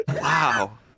Wow